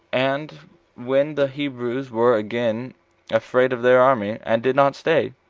and when the hebrews were again afraid of their army, and did not stay,